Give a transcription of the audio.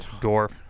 dwarf